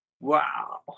Wow